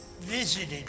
visited